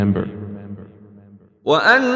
remember